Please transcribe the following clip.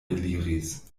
eliris